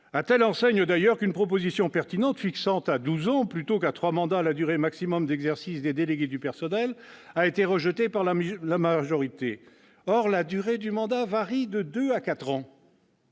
à telle enseigne, d'ailleurs, qu'une proposition pertinente fixant à 12 ans plutôt qu'à 3 mandats la durée maximale d'exercice des délégués du personnel a été rejetée par la majorité, alors que la durée de ces mandats varie de 2 ans à 4 ans.